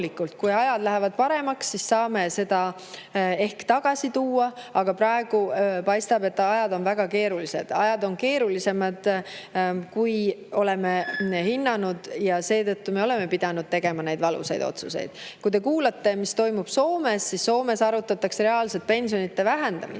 kui ajad lähevad paremaks, siis saame [senise süsteemi] ehk tagasi tuua, aga praegu paistab, et ajad on väga keerulised. Ajad on keerulisemad, kui oleme hinnanud, ja seetõttu me oleme pidanud tegema neid valusaid otsuseid. Kui te kuulate, mis toimub Soomes, siis Soomes arutatakse reaalselt pensionide vähendamist.